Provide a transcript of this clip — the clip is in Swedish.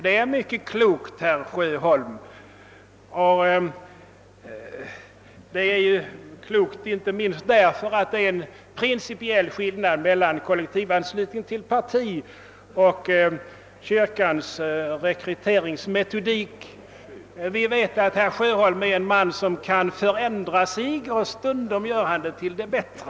Det är mycket klokt, herr Sjöholm, inte minst därför att det är en principiell skillnad mellan kollektivanslutning till parti och kyrkans rekryteringsmetod. Vi vet att herr Sjöholm är en man som kan ändra sig, och stundom gör han det till det bättre.